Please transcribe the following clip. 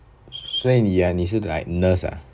所以你 like 你是 like nurse ah